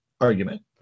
argument